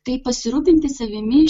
tai pasirūpinti savimi